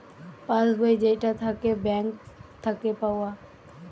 pass বই যেইটা থাকে ব্যাঙ্ক থাকে পাওয়া